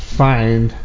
find